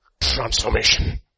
Transformation